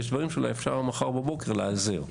ויש דברים שאולי אפשר מחר בבוקר להיעזר,